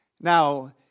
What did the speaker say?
Now